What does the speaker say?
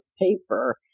paper